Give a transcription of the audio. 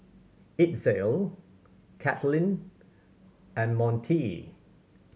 Itzel Caitlin and Montie